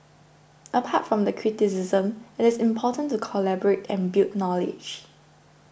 apart from the criticism it is important to collaborate and build knowledge